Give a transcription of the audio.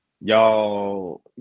y'all